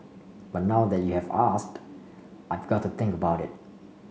but now that you have asked I've got to think about it